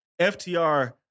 FTR